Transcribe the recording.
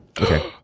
Okay